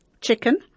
chicken